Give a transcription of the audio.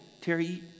Terry